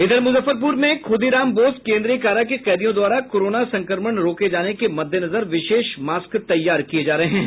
इधर मुजफ्फरपुर में खूदीराम बोस केन्द्रीय कारा के कैदियों द्वारा कोरोना संक्रमण रोके जाने के मद्देनजर विशेष मास्क तैयार किये जा रहे हैं